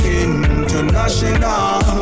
international